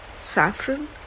saffron